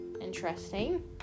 Interesting